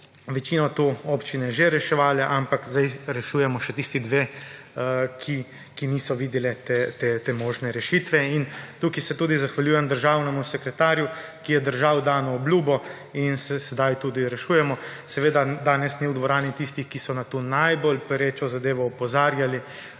večino to občine že reševale, ampak zdaj rešujemo še tisti dve, ki niso videle te možne rešitve. In tukaj se tudi zahvaljujem državnemu sekretarju, ki je držal dano obljubo in se sedaj tudi rešujemo. Seveda danes ni v dvorani tistih, ki so na to najbolj perečo zadevo opozarjali,